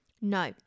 No